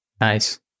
Nice